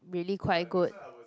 really quite good